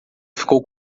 ficou